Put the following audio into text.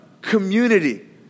community